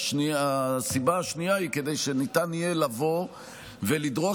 והסיבה השנייה היא כדי שניתן יהיה לבוא ולדרוש